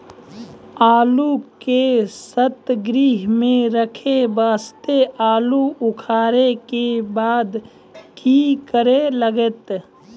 आलू के सीतगृह मे रखे वास्ते आलू उखारे के बाद की करे लगतै?